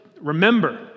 Remember